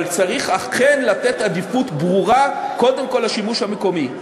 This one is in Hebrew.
אבל צריך אכן לתת עדיפות ברורה קודם כול לשימוש המקומי.